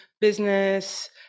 business